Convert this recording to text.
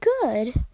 good